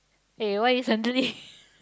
eh why you suddenly